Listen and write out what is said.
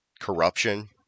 corruption